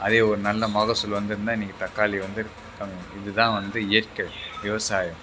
அதே ஒரு நல்ல மகசூல் வந்துருந்தால் இன்றைக்கி தக்காளி வந்து இது தான் வந்து இயற்கை விவசாயம்